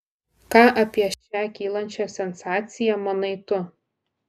ką apie šią kylančią sensaciją manai tu